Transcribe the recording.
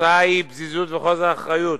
התוצאה היא פזיזות וחוסר אחריות,